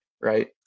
right